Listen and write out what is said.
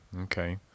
okay